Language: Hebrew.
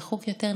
דחוק יותר,